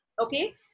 Okay